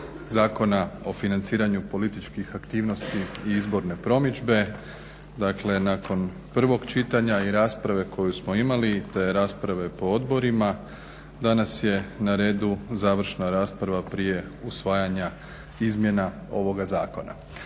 Zakona o financiranju političkih aktivnosti i izborne promidžbe, dakle nakon prvog čitanja i rasprave koju smo imali, te rasprave po odborima, danas je na redu završna rasprava prije usvajanja izmjena ovoga zakona.